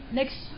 next